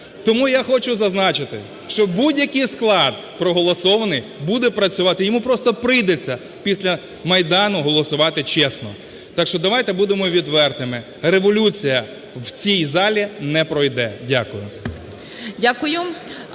Тому я хочу зазначити, що будь-який склад, проголосований, буде працювати. Йому просто прийдеться після Майдану голосувати чесно. Так що давайте будемо відвертими: революція в цій залі не пройде. Дякую.